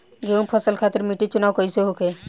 गेंहू फसल खातिर मिट्टी चुनाव कईसे होखे?